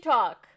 Talk